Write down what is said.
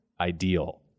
ideal